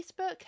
Facebook